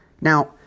Now